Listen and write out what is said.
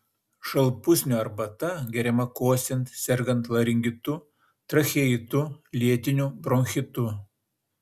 šalpusnio arbata geriama kosint sergant laringitu tracheitu lėtiniu bronchitu